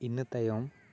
ᱤᱱᱟᱹᱛᱟᱭᱚᱢ